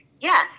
yes